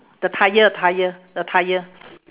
the tyre tyre the tyre